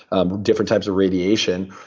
ah different types of radiation,